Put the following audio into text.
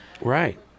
Right